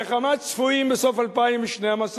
וכמה צפויים בסוף 2012?